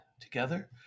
Together